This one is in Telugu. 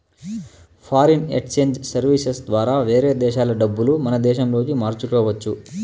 ఫారిన్ ఎక్సేంజ్ సర్వీసెస్ ద్వారా వేరే దేశాల డబ్బులు మన దేశంలోకి మార్చుకోవచ్చు